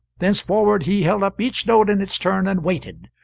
thenceforward he held up each note in its turn and waited.